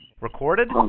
Recorded